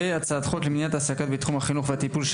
והצעת חוק למניעת העסקה בתחום החינוך והטיפול של